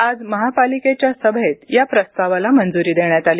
आज महापालिकेच्या सभेत या प्रस्तावाला मंजुरी देण्यात आली